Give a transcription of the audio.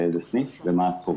באיזה סניף ומה הסכום.